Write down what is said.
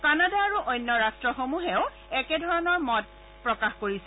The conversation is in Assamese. কানাডা আৰু অন্য ৰাট্টসমূহেও একেধৰণৰ মত প্ৰকাশ কৰিছে